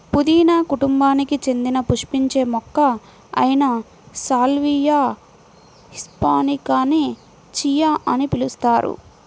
పుదీనా కుటుంబానికి చెందిన పుష్పించే మొక్క అయిన సాల్వియా హిస్పానికాని చియా అని పిలుస్తారు